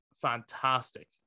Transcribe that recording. fantastic